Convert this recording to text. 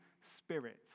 spirit